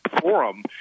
forum